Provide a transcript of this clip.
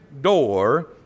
door